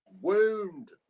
wound